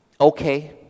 okay